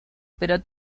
pero